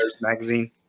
Magazine